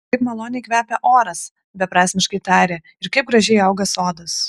kaip maloniai kvepia oras beprasmiškai tarė ir kaip gražiai auga sodas